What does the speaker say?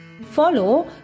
follow